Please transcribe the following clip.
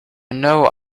know